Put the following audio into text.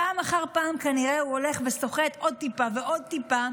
פעם אחר פעם הוא כנראה הולך וסוחט עוד טיפה ועוד טיפה,